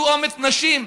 הנשים,